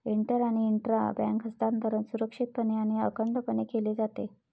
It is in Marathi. इंटर आणि इंट्रा बँक हस्तांतरण सुरक्षितपणे आणि अखंडपणे केले जाते